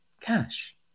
cash